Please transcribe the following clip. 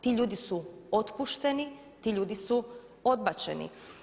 Ti ljudi su otpušteni, ti ljudi su odbačeni.